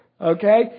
Okay